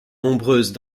nombreuses